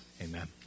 Amen